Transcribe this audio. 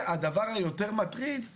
והדבר היותר מטריד הוא